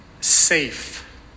safe